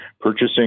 purchasing